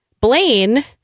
Blaine